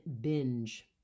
binge